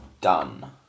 done